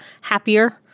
happier